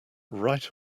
right